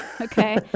Okay